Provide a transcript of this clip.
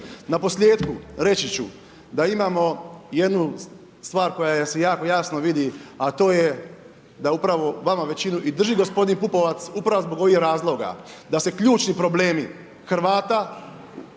Na posljetku reći ću da imamo jednu stvar koja se jako jasno vidi a to je da upravo vama i većinu drži gospodin Pupovac upravo zbog ovih razloga, da se ključni problemi Hrvata